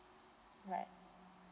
right